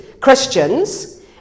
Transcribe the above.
Christians